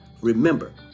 Remember